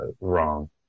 wrong